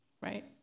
right